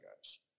guys